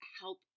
help